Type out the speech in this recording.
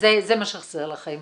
זה מה שחסר לכם.